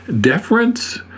Deference